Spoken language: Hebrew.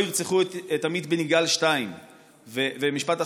ירצחו את עמית בן יגאל 2. ומשפט אחרון, ברשותך.